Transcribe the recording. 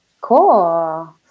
Cool